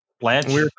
blanche